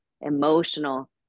emotional